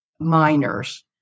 minors